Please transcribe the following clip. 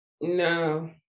No